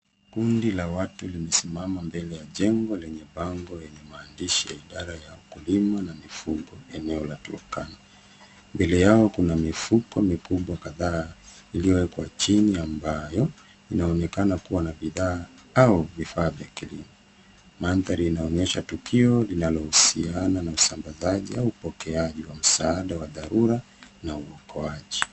Kundi la watu limesimama mbele ya jengo lenye bango yenye maandishi ya idara ya ukulima na mifugo eneo la Turkana. Mbele yao kuna mifuko mikubwa kadhaa iliyowekwa chini ambayo inaonekana kuwa na bidhaa au vifaa vya kilimo. Mandhari linaonyesha tukio linaohusiana na usambazaji au upokeaji wa msaada wa dharura na uokoaji.